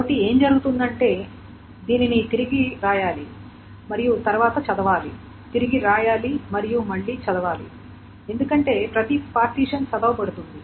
కాబట్టి ఏమి జరుగుతుందంటే దీనిని తిరిగి వ్రాయాలి మరియు తరువాత చదవాలి తిరిగి వ్రాయాలి మరియు మళ్లీ చదవాలి ఎందుకంటే ప్రతి పార్టిషన్ చదవబడుతుంది